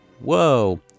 Whoa